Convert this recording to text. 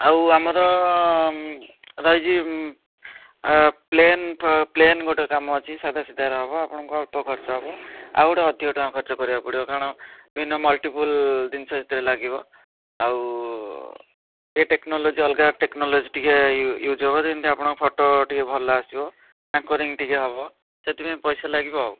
ଆଉ ଆମର ରହିଛି ପ୍ଳେନ୍ ପ୍ଳେନ୍ ଗୋଟେ କାମ ଅଛି ସାଧାସିଧାରେ ହବ ଆପଣଙ୍କୁ ଅଳ୍ପ ଖର୍ଚ୍ଚ ହବ ଆଉ ଗୋଟେ ଅଧିକ ଟଙ୍କା ଖର୍ଚ୍ଚ କରିବାକୁ ପଡ଼ିବ କାରଣ ବିଭିନ୍ନ ମଲ୍ଟିପୁଲ୍ ଜିନିଷ ସେଥିରେ ଲାଗିବ ଆଉ ଟିକିଏ ଟେକ୍ନୋଲୋଜି ଅଲଗା ଟେକ୍ନୋଲୋଜି ଟିକିଏ ୟୁଜ୍ ହବ ଯେମିତି ଆପଣଙ୍କ ଫଟୋ ଟିକିଏ ଭଲ ଆସିବ ଆଙ୍କରିଂ ଟିକିଏ ହବ ସେଥିପାଇଁ ପଇସା ଲାଗିବ ଆଉ